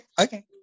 Okay